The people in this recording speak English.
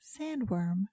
sandworm